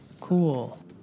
Cool